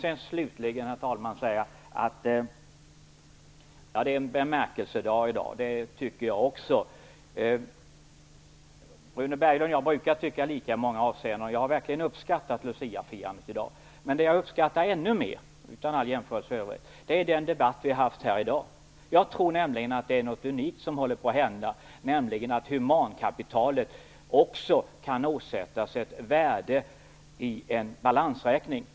Låt mig slutligen säga att jag också tycker att det är en särskild dag i dag. Rune Berglund och jag brukar tycka lika i många avseenden, och jag har verkligen uppskattat luciafirandet i dag. Vad jag uppskattar ännu mer, utan all jämförelse i övrigt, är den debatt vi har haft här i dag. Jag tror nämligen att det är något unikt som håller på att ske - att humankapitalet också kan åsättas ett värde i en balansräkning.